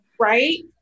Right